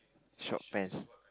short pants